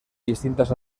distintas